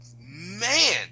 man